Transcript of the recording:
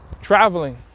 Traveling